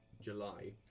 July